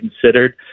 considered